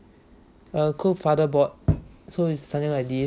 err go father board so it's something like this